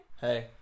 Hey